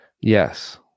Yes